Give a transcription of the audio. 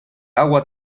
agua